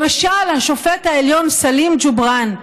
למשל השופט העליון סלים ג'ובראן,